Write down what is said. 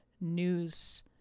news